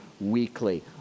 weekly